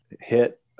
hit